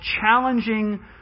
challenging